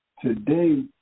today